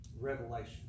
revelation